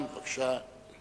בבקשה.